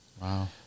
Wow